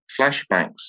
flashbacks